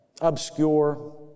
obscure